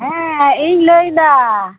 ᱦᱮᱸ ᱤᱧ ᱞᱟᱹᱭᱮᱫᱟ